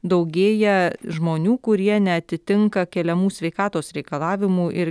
daugėja žmonių kurie neatitinka keliamų sveikatos reikalavimų ir